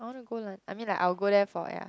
I wanna go lon~ I mean like I will go there for ya